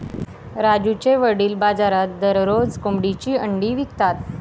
राजूचे वडील बाजारात दररोज कोंबडीची अंडी विकतात